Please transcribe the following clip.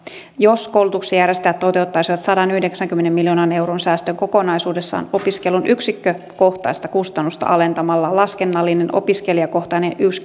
jos koulutuksen järjestäjät toteuttaisivat sadanyhdeksänkymmenen miljoonan euron säästön kokonaisuudessaan opiskelun yksikkökohtaista kustannusta alentamalla laskennallinen opiskelijakohtainen